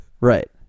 Right